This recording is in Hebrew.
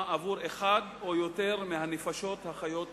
עבור אחת או יותר מהנפשות החיות בדירה.